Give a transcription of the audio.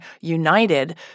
united